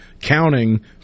counting